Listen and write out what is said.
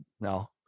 no